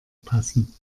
passen